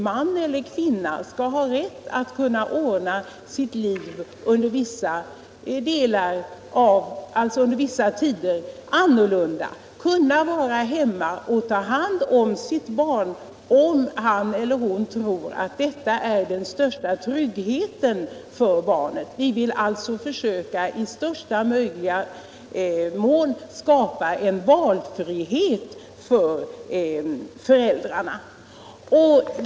man eller kvinna, skall ha rätt att ordna sitt liv annorlunda under vissa tider och vara hemma och ta hand om sitt barn om han eller hon tror att detta ger den största tryggheten för barnet. Vi vill alltså i största möjliga utsträckning försöka skapa valfrihet för föräldrarna.